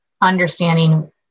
understanding